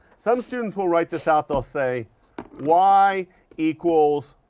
some students will write this out, they'll say y equals